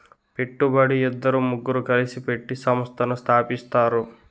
పెట్టుబడి ఇద్దరు ముగ్గురు కలిసి పెట్టి సంస్థను స్థాపిస్తారు